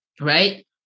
right